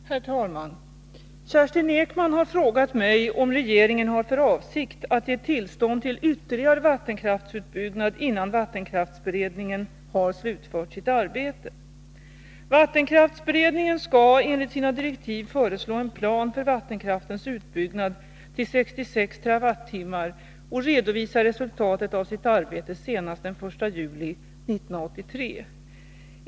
Herr talman! Kerstin Ekman har frågat mig om regeringen har för avsikt att ge tillstånd till ytterligare vattenkraftsutbyggnad innan vattenkraftsberedningen har slutfört sitt arbete. Vattenkraftsberedningen skall enligt sina direktiv föreslå en plan för vattenkraftens utbyggnad till 66 TWh och redovisa resultatet av sitt arbete senast den 1 juli 1983.